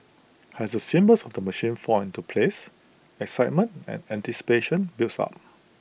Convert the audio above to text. as the symbols of the machine fall into place excitement and anticipation builds up